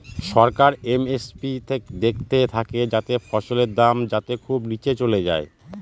সরকার MSP দেখতে থাকে যাতে ফসলের দাম যাতে খুব নীচে চলে যায়